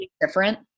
different